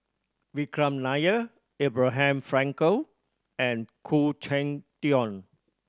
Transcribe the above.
Vikram Nair Abraham Frankel and Khoo Cheng Tiong